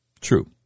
True